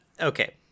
okay